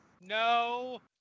no